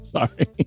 Sorry